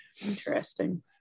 Interesting